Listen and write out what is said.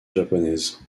japonaises